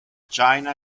china